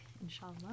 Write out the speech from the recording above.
inshallah